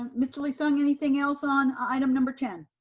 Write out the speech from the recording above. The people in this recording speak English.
um mr. lee-sung anything else on item number ten?